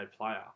player